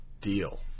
deal